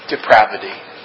depravity